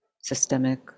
systemic